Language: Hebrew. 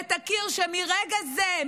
ותכיר שמרגע זה,